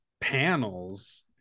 panels